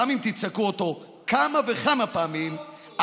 גם אם תצעקו אותו כמה וכמה פעמים,